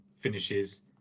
finishes